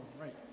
right